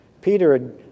Peter